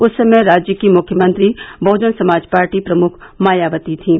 उस समय राज्य की मुख्यमंत्री बहुजन समाज पार्टी प्रमुख मायावती थीं